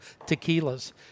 tequilas